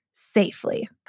safely